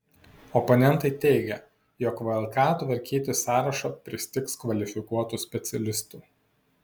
oponentai teigia jog vlk tvarkyti sąrašą pristigs kvalifikuotų specialistų